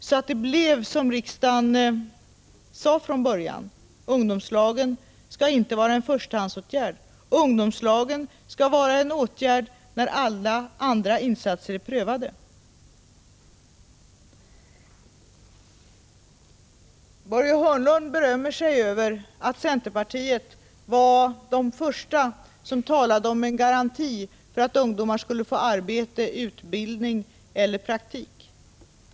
På det sättet skulle det kunna bli så som riksdagen från början bestämt, nämligen att ungdomslagen inte skall vara en förstahandsåtgärd. Ungdomslagen skall vara en åtgärd som vidtas först när man prövat alla andra slag av insatser. Börje Hörnlund berömmer sig av att centerpartiet var det parti som först började tala om en garanti för att ungdomar skulle få arbete, utbildning eller praktik.